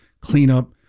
cleanup